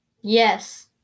Yes